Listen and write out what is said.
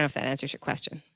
ah that answers your question.